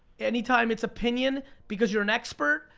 any time it's opinion because you're an expert,